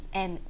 and